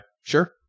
Sure